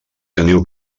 teniu